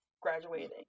graduating